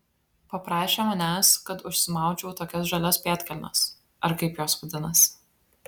paprašė manęs kad užsimaučiau tokias žalias pėdkelnes ar kaip jos vadinasi